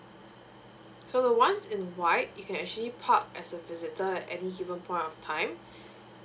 so the one in white you can actually park as a visitor at any given point of time